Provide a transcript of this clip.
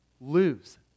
lose